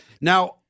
Now